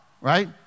right